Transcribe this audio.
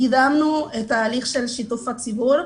קידמנו את ההליך של שיתוף הציבור.